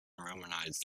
romanized